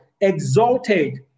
exalted